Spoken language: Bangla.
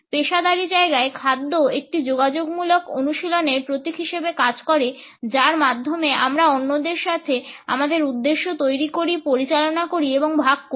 পেশাদারী জায়গায় খাদ্য একটি যোগাযোগমূলক অনুশীলনের প্রতীক হিসাবে কাজ করে যার মাধ্যমে আমরা অন্যদের সাথে আমাদের উদ্দেশ্য তৈরি পরিচালনা এবং ভাগ করি